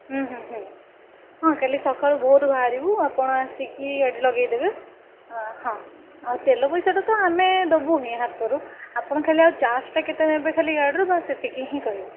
ହୁଁ ହୁଁ ହୁଁ ହଁ କାଲି ସକାଳୁ ଭୋରୁ ବାହାରିବୁ ଆପଣ ଆସିକି ଗାଡ଼ି ଲଗେଇଦେବେ ହଁ ହଁ ଆଉ ତେଲ ପଇସାଟା ତ ଆମେ ଦେବୁ ହିଁ ହାତରୁ ଆପଣ ଖାଲି ଆଉ ଚାର୍ଜଟା ନେବେ ଖାଲି ଗାଡ଼ିର ବାସ୍ ସେତିକି ହିଁ କହିବେ